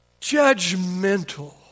judgmental